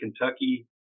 Kentucky